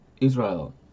Israel